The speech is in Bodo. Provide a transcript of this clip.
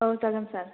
औ जागोन सार